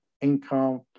income